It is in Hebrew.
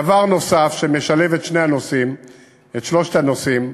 דבר נוסף, שמשלב את שלושת הנושאים: